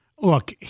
Look